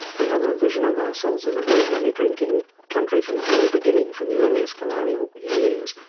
we have a vision of ourselves as a very heavy drinking country from the very beginning, from the earliest colonial years.